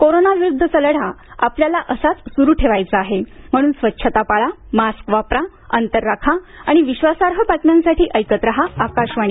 कोरोनाविरुद्धचा लढा आपल्याला असाच सुरू ठेवायचा आहे म्हणून स्वच्छता पाळा मास्क वापरा अंतर राखा आणि विश्वासार्ह बातम्यांसाठी ऐकत राहा आकाशवाणी